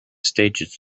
stages